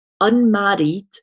unmarried